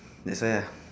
that's why ah